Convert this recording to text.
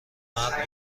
مرد